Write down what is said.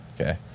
Okay